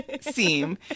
seem